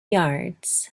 yards